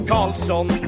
Carlson